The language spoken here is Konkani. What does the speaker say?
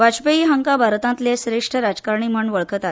वाजपेयी हांकां भारतांतले श्रेश्ठ राजकारणी म्हूण वळखतात